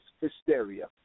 hysteria